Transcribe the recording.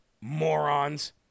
Morons